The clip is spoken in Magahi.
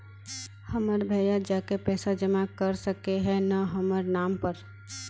हमर भैया जाके पैसा जमा कर सके है न हमर नाम पर?